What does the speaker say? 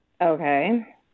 Okay